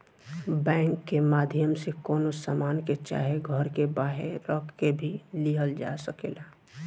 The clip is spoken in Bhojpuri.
बैंक के माध्यम से कवनो सामान के चाहे घर के बांहे राख के भी लिहल जा सकेला